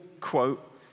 quote